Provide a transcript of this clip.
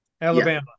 Alabama